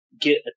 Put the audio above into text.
get